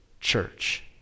church